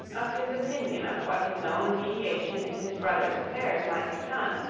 of his opinion of what his own mediation in his brother's affairs might have done,